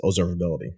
observability